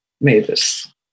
Mavis